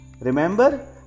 Remember